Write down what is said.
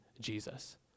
Jesus